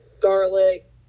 garlic